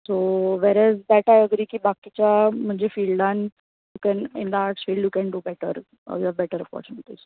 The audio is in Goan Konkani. so whereas that I agree बाकिच्या फिल्डान you can enlarge do better for better opportunities